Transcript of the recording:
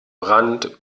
rand